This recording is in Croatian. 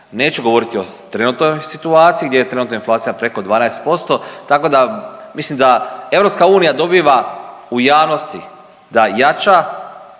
Neću govoriti o trenutnoj situaciji gdje je trenutno inflacija preko 12% tako da mislim da EU dobiva u javnosti da jača